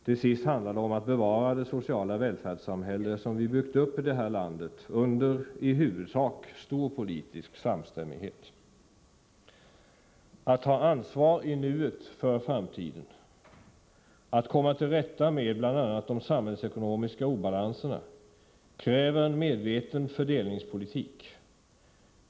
Till sist handlar det om att bevara det sociala välfärdssamhälle som vi byggt uppi det här landet under, i huvudsak, stor politisk samstämmighet. Att ta ansvar i nuet för framtiden och att komma till rätta med bl.a. de samhällsekonomiska obalanserna kräver en medveten fördelningspolitik.